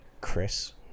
Chris